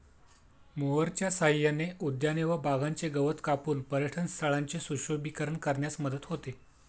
मोअरच्या सहाय्याने उद्याने व बागांचे गवत कापून पर्यटनस्थळांचे सुशोभीकरण करण्यास मदत होते